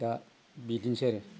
दा बिदिनोसै आरो